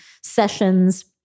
sessions